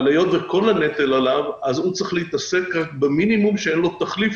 אבל היות וכל הנטל עליו אז הוא צריך להתעסק רק במינימום שאין לו תחליף,